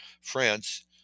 France